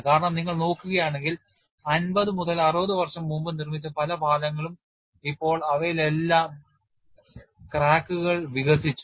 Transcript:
കാരണം നിങ്ങൾ നോക്കുകയാണെങ്കിൽ അമ്പത് മുതൽ അറുപത് വർഷം മുമ്പ് നിർമ്മിച്ച പല പാലങ്ങളും ഇപ്പോൾ അവയിലെല്ലാം ക്രാക്കുകൾ വികസിച്ചു